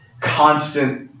constant